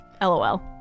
LOL